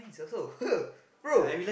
bro